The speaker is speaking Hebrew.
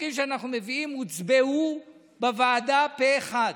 החוקים שאנחנו מביאים הוצבעו בוועדה פה אחד.